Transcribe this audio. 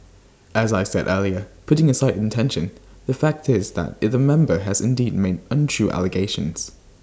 as I said earlier putting aside intention the fact is that IT the member has indeed made untrue allegations